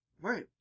Right